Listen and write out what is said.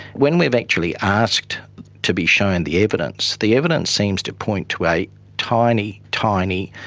when we've actually asked to be shown the evidence, the evidence seems to point to a tiny, tiny,